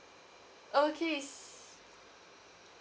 okay